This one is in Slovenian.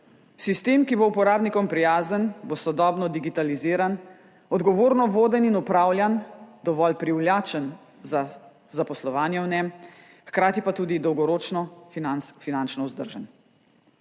Sistem, ki bo uporabnikom prijazen, bo sodobno digitaliziran, odgovorno voden in upravljan, dovolj privlačen za zaposlovanje v njem, hkrati pa tudi dolgoročno finančno vzdržen.